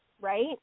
right